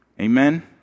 amen